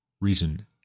reason